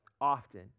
often